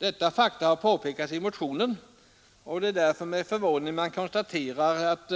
Detta faktum har påpekats i motionen, och det är därför med förvåning jag konstaterar att